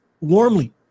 warmly